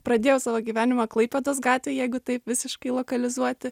pradėjau savo gyvenimą klaipėdos gatvėj jeigu taip visiškai lokalizuoti